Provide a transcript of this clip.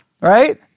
Right